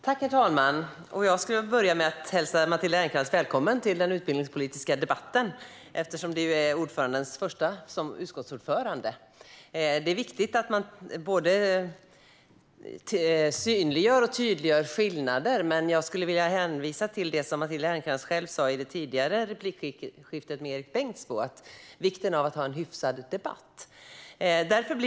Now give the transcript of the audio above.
Herr talman! Jag vill börja med att hälsa Matilda Ernkrans välkommen till den utbildningspolitiska debatten. Det är ju hennes första debatt som utskottets ordförande. Det är viktigt att både synliggöra och tydliggöra skillnader. Jag vill dock hänvisa till det som Matilda Ernkrans själv sa i replikskiftet med Erik Bengtzboe om vikten av att ha en hyfsad debatt.